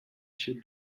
się